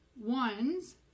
ones